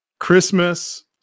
christmas